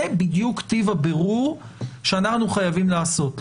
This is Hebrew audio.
זה בדיוק טיב הבירור שאנחנו חייבים לבצע בוועדות.